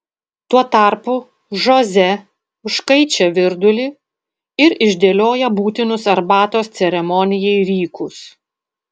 tuo tarpu žoze užkaičia virdulį ir išdėlioja būtinus arbatos ceremonijai rykus